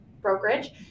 brokerage